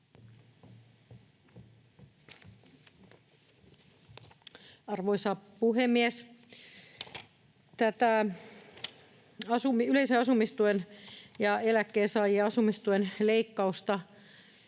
Arvoisa puhemies! Tätä yleisen asumistuen ja eläkkeensaajien asumistuen leikkausta